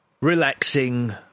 relaxing